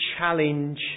challenge